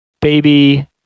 baby